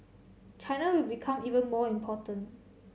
China will become even more important